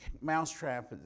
mousetrap